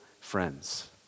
friends